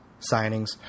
signings